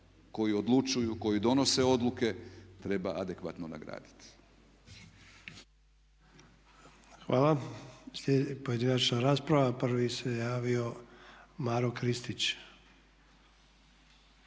koji odlučuju, koji donose odluke treba adekvatno nagraditi. **Sanader, Ante (HDZ)** Hvala. Slijedi pojedinačna rasprava. Prvi se javio Maro Kristić.